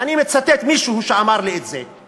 ואני מצטט מישהו שאמר לי את זה.